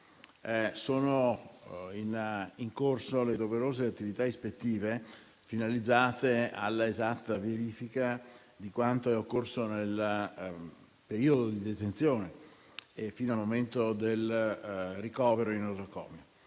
sono in corso le doverose attività ispettive finalizzate all'esatta verifica di quanto è occorso nel periodo di detenzione e fino al momento del ricovero in nosocomio.